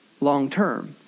long-term